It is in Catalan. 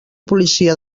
policia